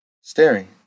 Staring